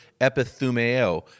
epithumeo